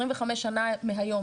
25 שנה מהיום,